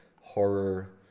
horror